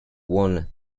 won